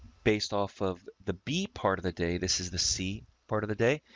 based off of the b part of the day, this is the c part of the day.